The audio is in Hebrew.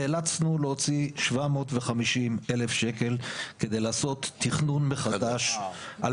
נאלצנו להוציא 750 אלף ש"ח כדי לעשות תכנון מחדש,